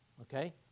okay